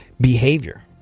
behavior